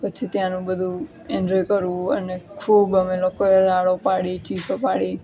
પછી ત્યાંનું બધું એન્જોય કરવું અને ખૂબ અમે લોકોએ રાડો પાડી ચીસો પાડી